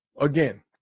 again